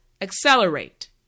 accelerate